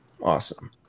Awesome